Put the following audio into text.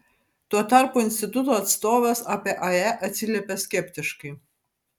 tuo tarpu instituto atstovas apie ae atsiliepė skeptiškai